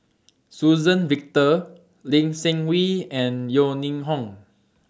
Suzann Victor Lee Seng Wee and Yeo Ning Hong